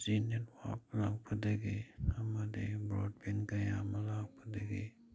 five G network ꯂꯥꯛꯄꯗꯒꯤ ꯑꯃꯗꯤ broadband ꯀꯌꯥ ꯑꯃ ꯂꯥꯛꯄꯗꯒꯤ